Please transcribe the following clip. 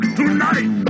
tonight